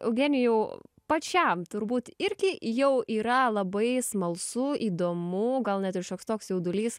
eugenijau pačiam turbūt irgi jau yra labai smalsu įdomu gal net ir šioks toks jaudulys